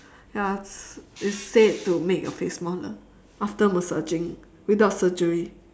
ya it's said to make your face smaller after massaging without surgery